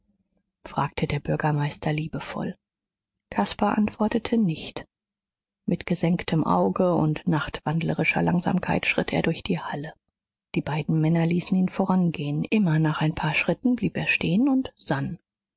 fragte der bürgermeister liebevoll caspar antwortete nicht mit gesenktem auge und nachtwandlerischer langsamkeit schritt er durch die halle die beiden männer ließen ihn vorangehen immer nach ein paar schritten blieb er stehen und sann